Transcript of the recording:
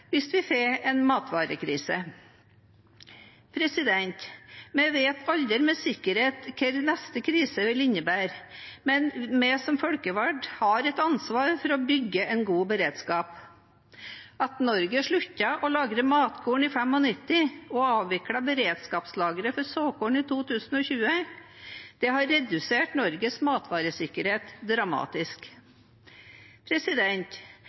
hvis vi får en matvarekrise. Vi vet aldri med sikkerhet hva neste krise vil innebære, men vi som folkevalgte har et ansvar for å bygge en god beredskap. At Norge sluttet å lagre matkorn i 1995 og avviklet beredskapslager for såkorn i 2002, har redusert Norges matvaresikkerhet dramatisk.